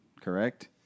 correct